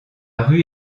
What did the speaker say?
rue